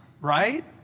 right